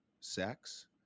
sex